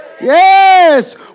yes